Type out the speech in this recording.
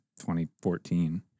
2014